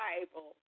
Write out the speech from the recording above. Bible